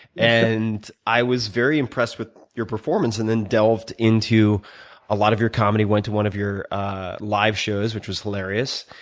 and i was very impressed with your performance, and then delved into a lot of your comedy went to one of your ah lives shows, which was hilarious,